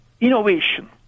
innovation